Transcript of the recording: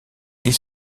ils